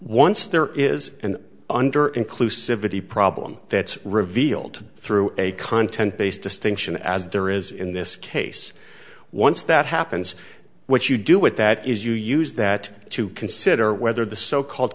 once there is an under inclusive of the problem that's revealed through a content based distinction as there is in this case once that happens what you do with that is you use that to consider whether the so called